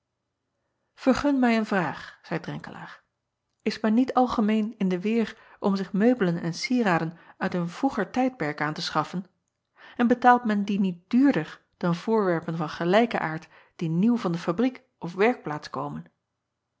ergun mij eene vraag zeî renkelaer is men niet algemeen in de weer om zich meubelen en cieraden uit een vroeger tijdperk aan te schaffen en betaalt men die niet duurder dan voorwerpen van gelijken aard die nieuw van de fabriek of werkplaats komen